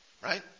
Right